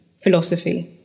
philosophy